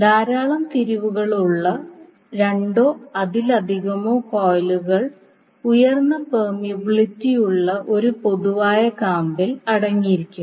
ധാരാളം തിരിവുകൾ ഉള്ള രണ്ടോ അതിലധികമോ കോയിലുകൾ ഉയർന്ന പെർമിയബിലിറ്റി ഉള്ള ഒരു പൊതുവായ കാമ്പിൽ അടങ്ങിയിരിക്കുന്നു